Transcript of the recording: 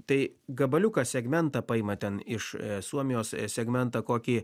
tai gabaliuką segmentą paima ten iš suomijos segmentą kokį